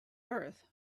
earth